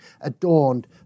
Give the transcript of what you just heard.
adorned